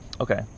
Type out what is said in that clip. Okay